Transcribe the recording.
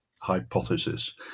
hypothesis